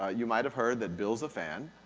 ah you might have heard that bill's a fan.